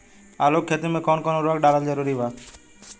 आलू के खेती मे कौन कौन उर्वरक डालल जरूरी बा?